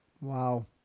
Wow